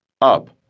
up